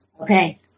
Okay